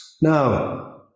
Now